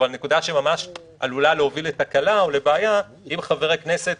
אבל נקודה שממש עלולה להוביל לתקלה או לבעיה אם חבר הכנסת